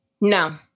No